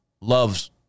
Love's